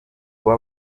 kuba